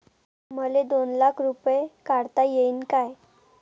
मले दोन लाख रूपे काढता येईन काय?